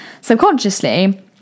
subconsciously